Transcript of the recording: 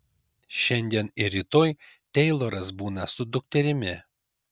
šiandien ir rytoj teiloras būna su dukterimi